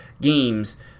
games